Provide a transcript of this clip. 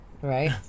right